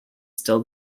still